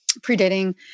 predating